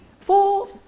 four